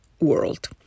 world